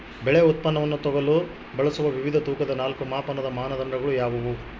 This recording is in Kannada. ಬೆಳೆ ಉತ್ಪನ್ನವನ್ನು ತೂಗಲು ಬಳಸುವ ವಿವಿಧ ತೂಕದ ನಾಲ್ಕು ಮಾಪನದ ಮಾನದಂಡಗಳು ಯಾವುವು?